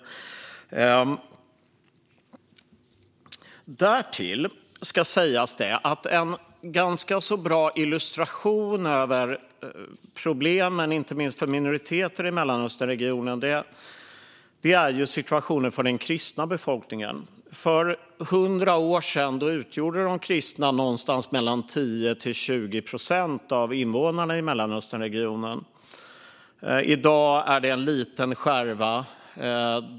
Därtill ska sägas att en ganska bra illustration av problemen, inte minst för minoriteter i Mellanösternregionen, är situationen för den kristna befolkningen. För hundra år sedan utgjorde de kristna någonstans mellan 10 och 20 procent av invånarna i Mellanösternregionen. I dag är det en liten skärva.